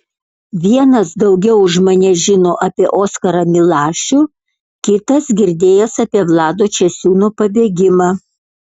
vienas daugiau už mane žino apie oskarą milašių kitas girdėjęs apie vlado česiūno pabėgimą